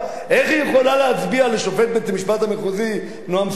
איך היא יכולה להצביע לשופט בית-המשפט המחוזי נעם סולברג?